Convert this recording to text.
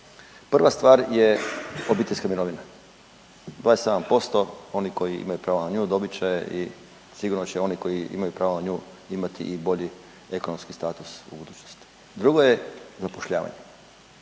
Prva stvar je obiteljska mirovina. 27%, oni koji imaju pravo na nju, dobit će i sigurno će oni koji imaju pravo na nju imati i bolji ekonomski status u budućnosti, drugo je zapošljavanje